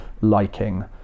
liking